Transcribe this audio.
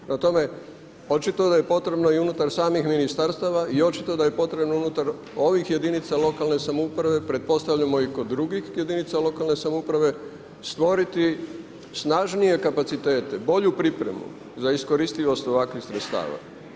Prama tome, očito da je potrebno i unutar samih Ministarstva i očito da je potrebno unutar ovih jedinica lokalne samouprave, pretpostavljamo i kod drugih jedinica lokalne samouprave stvoriti snažnije kapacitete, bolju pripremu za iskoristljivost ovakvih sredstava.